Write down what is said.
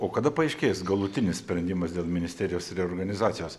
o kada paaiškės galutinis sprendimas dėl ministerijos reorganizacijos